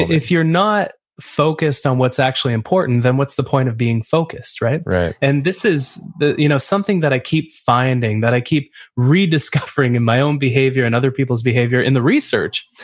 if you're not focused on what's actually important, then what's the point of being focused, right? right and this is you know something that i keep finding, that i keep rediscovering in my own behavior and other peoples behavior in the research,